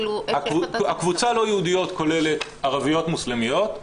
הקבוצה לא יהודיות כוללת ערביות מוסלמיות,